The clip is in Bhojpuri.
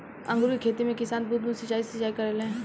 अंगूर के खेती में किसान बूंद बूंद सिंचाई से सिंचाई करेले